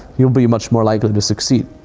you'll be much more likely to succeed.